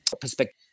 perspective